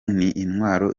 intwaro